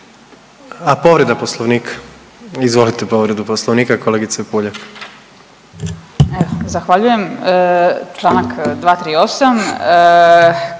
A povreda poslovnika, izvolite povredu poslovnika kolegice Puljak. **Puljak,